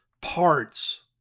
parts